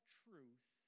truth